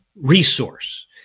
resource